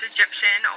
Egyptian